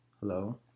Hello